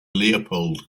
leopold